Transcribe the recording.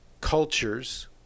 cultures